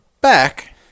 back